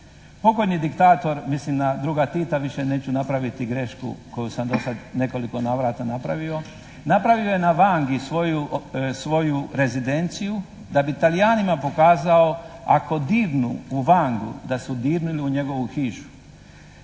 Pokojni diktator, mislim na druga Tita, više neću napraviti grešku koju sam do sada u nekoliko navrata napravio, napravio je na vangi svoju rezidenciju da bi Talijanima pokazao ako dirnu u vangu da su dirnuli u njegovu hižu.